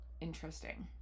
interesting